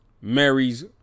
Mary's